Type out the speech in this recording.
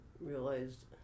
realized